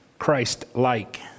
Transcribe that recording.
Christ-like